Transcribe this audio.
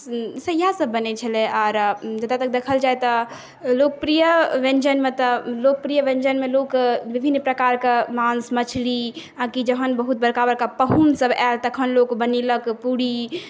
इएह सब बनै छलै आओर जतऽ तक देखल जाइ तए लोकप्रिय व्यञ्जनमे तए लोकप्रिय व्यञ्जनमे लोक विभिन्न प्रकारके मांस मछली आ कि जहन बहुत बड़का बड़का पाहुनसब आएल तखन लोक बनेलक पूड़ी